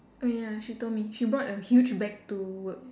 oh ya she told me she brought a huge bag to work